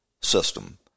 system